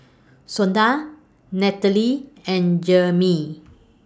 Shonda and Jerimy